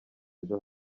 ejo